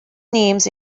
names